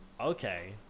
okay